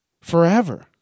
forever